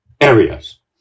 areas